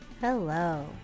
Hello